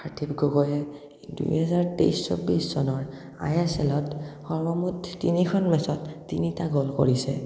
পাৰ্থিৱ গগৈয়ে দুহেজাৰ তেইছ ছৌব্বিছ চনৰ আই এচ এলত সৰ্বমুঠ তিনিখন মেচত তিনিটা গ'ল কৰিছে